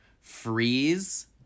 freeze